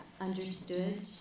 understood